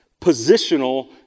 positional